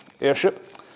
airship